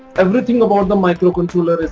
everything about the microcontroller is